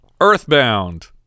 Earthbound